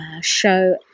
show